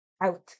out